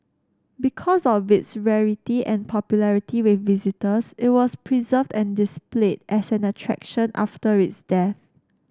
because of its rarity and popularity with visitors it was preserved and displayed as an attraction after its death